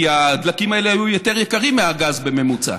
כי הדלקים האלה היו יותר יקרים מהגז בממוצע,